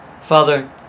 Father